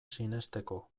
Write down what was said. sinesteko